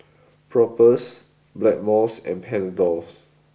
Propass Blackmores and Panadols